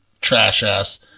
trash-ass